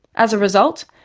as a result,